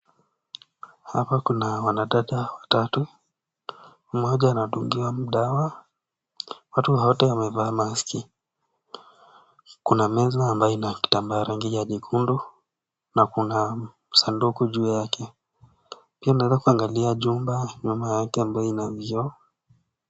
Hapa kuna wanadada watatu, moja anadungiwa dawa. Watu wote wamevaa maski , kuna meza ambaye inakitambara ya rangi nyekundu na kuna sanduku juu yake, pia naweza kuangalia jumba nyuma yake ambaye inauzwa.